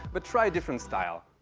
but try a different style.